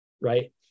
right